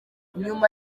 nyuma